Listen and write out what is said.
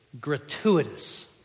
gratuitous